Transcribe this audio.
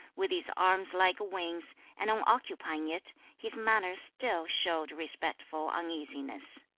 with his arms like wings, and on occupying it, his manner still showed respectful uneasiness.